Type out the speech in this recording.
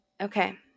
Okay